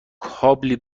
کابلی